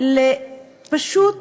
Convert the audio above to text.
פשוט